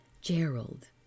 Gerald